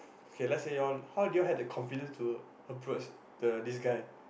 okay let's say you all how do you all have the confidence to approach the this guy